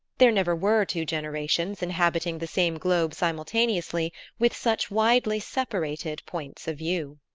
there never were two generations inhabiting the same globe simultaneously with such widely separated points of view.